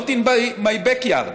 Not In My Back Yard.